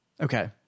okay